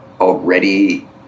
already